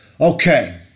Okay